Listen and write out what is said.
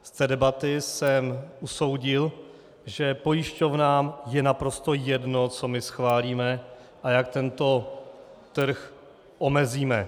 Z té debaty jsem usoudil, že pojišťovnám je naprosto jedno, co my schválíme a jak tento trh omezíme.